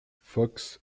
fox